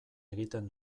egiten